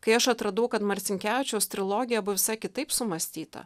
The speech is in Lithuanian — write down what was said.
kai aš atradau kad marcinkevičiaus trilogija buvo visai kitaip sumąstyta